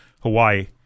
Hawaii